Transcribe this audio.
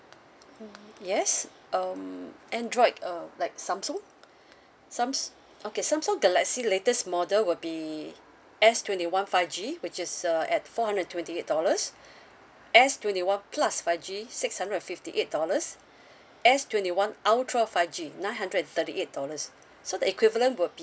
mmhmm yes um android uh like Samsung sams~ okay Samsung galaxy latest model will be S twenty one five G which is uh at four hundred and twenty dollars S twenty one plus five G six hundred and fifty eight dollars S twenty one ultra five G nine hundred and thirty eight dollars so the equivalent will